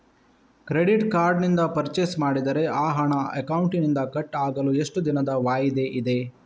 Credit card ನಿಂದ purchase ಮಾಡಿದರೆ ಆ ಹಣ ಅಕೌಂಟಿನಿಂದ ಕಟ್ ಆಗಲು ಎಷ್ಟು ದಿನದ ವಾಯಿದೆ ಇದೆ?